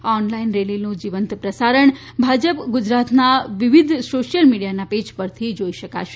આ ઓનલાઇન રેલીનું જીવંત પ્રસારણ ભાજપા ગુજરાતના વિવિધ સોશિયલ મિડીયાના પેજ પરથી જોઇ શકાશે